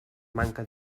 manca